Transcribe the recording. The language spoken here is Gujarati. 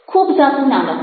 ખૂબ ઝાઝું ના લખો